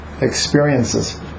experiences